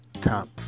Top